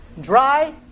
dry